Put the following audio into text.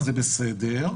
בבקשה.